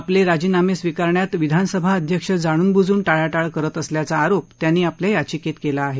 आपले राजीनामे स्वीकारण्यात विधानसभा अध्यक्ष जाणूनबुजून टाळाटाळ करत असल्याचा आरोप त्यांनी आपल्या याचिकेत केला आहे